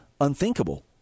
unthinkable